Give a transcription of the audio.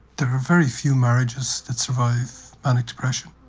there are very few marriages that survive manic depression.